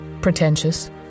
pretentious